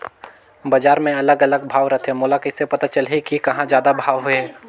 बजार मे अलग अलग भाव रथे, मोला कइसे पता चलही कि कहां जादा भाव हे?